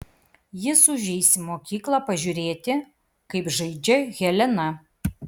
jis užeis į mokyklą pažiūrėti kaip žaidžia helena